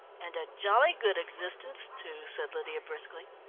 and a jolly good existence, too, said lydia briskly.